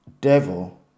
devil